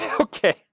Okay